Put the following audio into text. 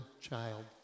child